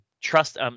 Trust